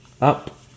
up